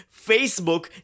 Facebook